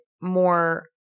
more –